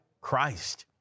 Christ